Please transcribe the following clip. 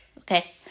Okay